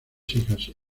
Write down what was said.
hijas